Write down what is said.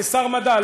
כשר המדע,